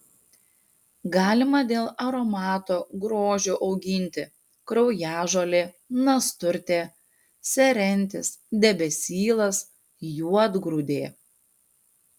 galima dėl aromato grožio auginti kraujažolė nasturtė serentis debesylas juodgrūdė